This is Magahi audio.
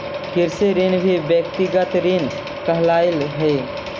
कृषि ऋण भी व्यक्तिगत ऋण कहलावऽ हई